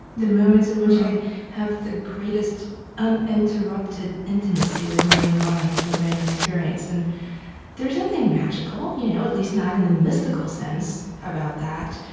the moments in which i have the greatest uninterrupted intimacy with my own mind, with my own experience. and there's nothing magical, you know at least not in the mystical sense, about that.